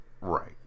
Right